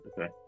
okay